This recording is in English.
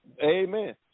Amen